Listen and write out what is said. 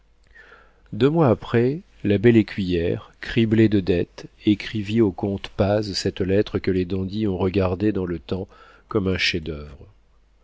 deux mois après la belle écuyère criblée de dettes écrivit au comte paz cette lettre que les dandies ont regardée dans le temps comme un chef-d'oeuvre